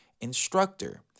instructor